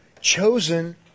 chosen